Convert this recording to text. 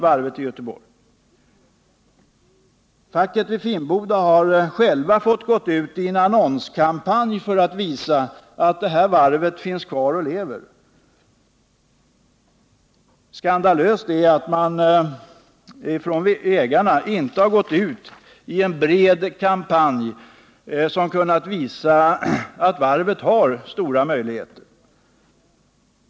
Facket vid Finnboda har gått ut i en annonskampanj för att visa att varvet finns kvar. Det är skandalöst att ägarna inte har gått ut i en bred kampanj som kunnat visa att varvet har stora möjligheter.